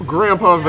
Grandpa